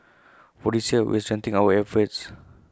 for this year we're strengthening our efforts